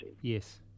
Yes